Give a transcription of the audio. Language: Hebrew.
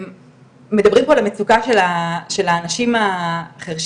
מדברים פה על המצוקה של האנשים החרשים,